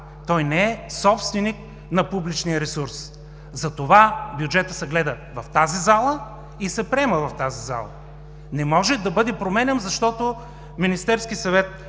Той не е собственик на публичния ресурс. Затова бюджетът се гледа в тази зала и се приема в тази зала. Не може да бъде променян, защото Министерският съвет